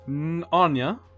Anya